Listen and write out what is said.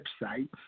website